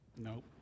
Nope